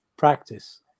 practice